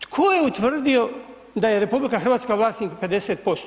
Tko je utvrdio da je RH vlasnik 50%